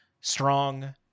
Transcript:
strong